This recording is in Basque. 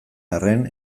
arren